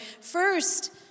First